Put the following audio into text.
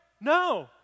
No